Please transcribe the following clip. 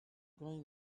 going